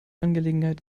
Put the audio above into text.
angelegenheit